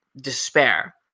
despair